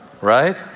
Right